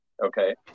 Okay